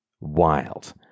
wild